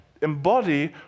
embody